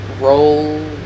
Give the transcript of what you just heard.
roll